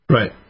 Right